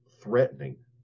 threatening